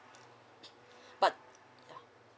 but ya